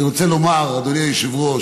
אני רוצה לומר, אדוני היושב-ראש: